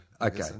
Okay